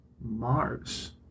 Mars